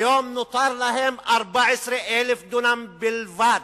והיום נותרו להם 14,000 דונם בלבד.